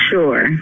Sure